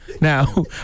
Now